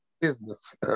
business